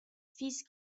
fils